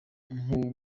nko